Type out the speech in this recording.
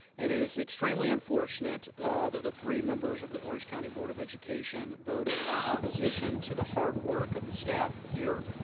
and it is extremely unfortunate that the three members of the orange county board of education voted in opposition to the hard work of the staff here,